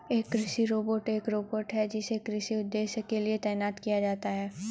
एक कृषि रोबोट एक रोबोट है जिसे कृषि उद्देश्यों के लिए तैनात किया जाता है